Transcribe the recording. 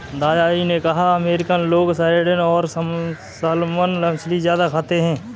दादा जी ने कहा कि अमेरिकन लोग सार्डिन और सालमन मछली ज्यादा खाते हैं